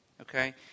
Okay